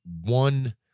one